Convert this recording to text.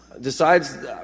decides